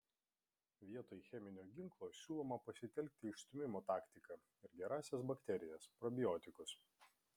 vietoj cheminio ginklo siūloma pasitelkti išstūmimo taktiką ir gerąsias bakterijas probiotikus